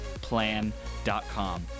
Plan.com